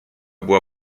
była